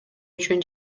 үчүн